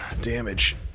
damage